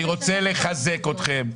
אני רוצה לחזק אתכם,